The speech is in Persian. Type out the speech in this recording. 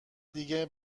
دیگه